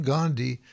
Gandhi